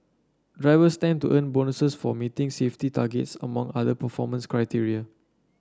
drivers stand to earn bonuses for meeting safety targets among other performance criteria